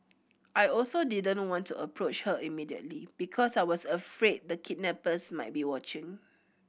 I also didn't want to approach her immediately because I was afraid the kidnappers might be watching